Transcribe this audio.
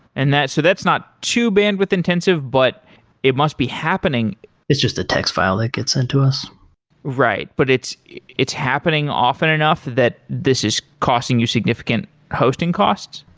and so that's not too bandwidth intensive, but it must be happening it's just a text file that gets into us right. but it's it's happening often enough that this is costing you significant hosting costs?